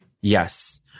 Yes